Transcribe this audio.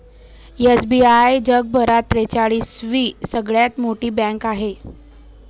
SBI जगभरात त्रेचाळीस वी सगळ्यात मोठी बँक आहे